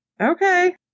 Okay